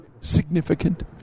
significant